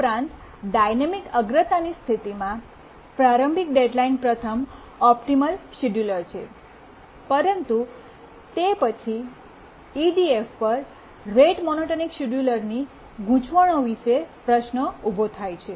ઉપરાંત ડાયનામિક અગ્રતાની સ્થિતિમાં પ્રારંભિક ડેડ્લાઇન પ્રથમ ઓપ્ટિમલ શિડ્યુલર પરંતુ તે પછી EDF પર રેટ મોનોટોનિક શિડ્યુલરની ગૂંચવણો વિશે પ્રશ્ન ઉભો થાય છે